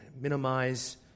minimize